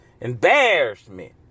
embarrassment